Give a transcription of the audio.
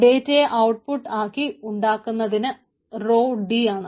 ഡേറ്റയെ ഔട്ട്പുട്ട് ആക്കി ഉണ്ടാക്കുന്നതിന് റൊ D ആണ്